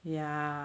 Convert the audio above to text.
ya